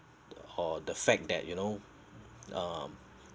or the fact that you know um